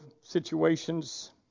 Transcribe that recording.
situations